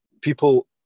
People